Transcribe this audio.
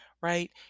right